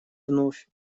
вновь